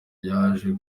yaje